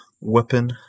weapon